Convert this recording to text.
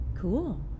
cool